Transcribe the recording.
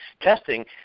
testing